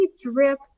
drip